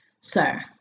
Sir